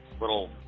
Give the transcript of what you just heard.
little